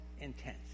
intense